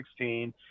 2016